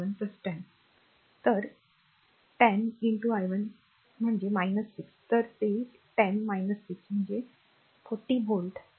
हलवले तर 10 i 1 म्हणजे 6 तर ते 10 6 म्हणजे r 40 व्होल्ट आहे